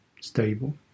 stable